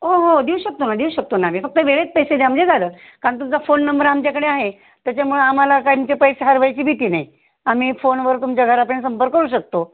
हो हो देऊ शकतो ना देऊ शकतो ना आम्ही फक्त वेळेत पैसे द्या म्हणजे झालं क कारण तुमचा फोन नंबर आमच्याकडे आहे त्याच्यामुळं आम्हाला काय आमचे पैसे हरवायची भीती नाही आम्ही फोनवर तुमच्या घरी पण संपर्क करू शकतो